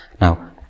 Now